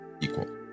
equal